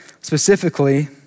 specifically